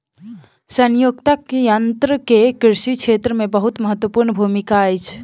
संयुक्तक यन्त्र के कृषि क्षेत्र मे बहुत महत्वपूर्ण भूमिका अछि